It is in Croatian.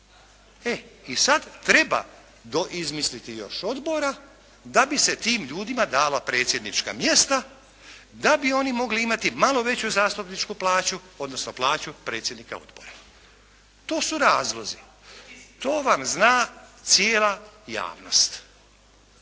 i sada treba izmisliti još odbora da bi se tim ljudima dala predsjednička mjesta, da bi oni mogli imati malo veću zastupničku plaću odnosno plaću predsjednika odbora. To su razlozi. To vam zna cijela javnost.